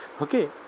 okay